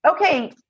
okay